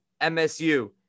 MSU